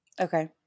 Okay